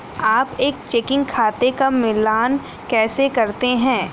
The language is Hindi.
आप एक चेकिंग खाते का मिलान कैसे करते हैं?